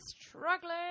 struggling